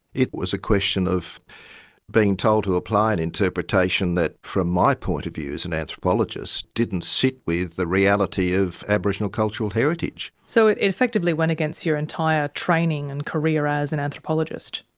it was a question of being told to apply an interpretation that from my point of view as an and anthropologist didn't sit with the reality of aboriginal cultural heritage. so it it effectively went against your entire training and career as an anthropologist?